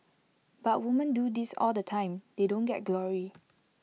but women do this all the time they don't get glory